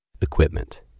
Equipment